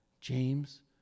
James